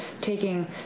taking